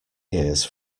years